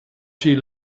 she